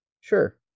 Sure